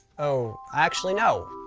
oh, actually no.